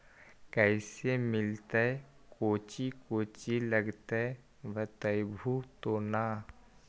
कैसे मिलतय कौची कौची लगतय बतैबहू तो न?